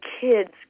kids